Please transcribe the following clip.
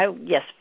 Yes